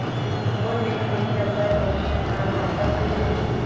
मोर मेर PAN number नई हे का खाता खुल जाही?